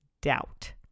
doubt